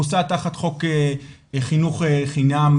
חוסה תחת חוק חינוך חובה.